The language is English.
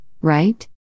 right